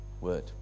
Word